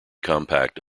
compact